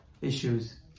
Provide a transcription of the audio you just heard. issues